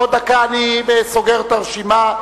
בעוד דקה אני סוגר את הרשימה,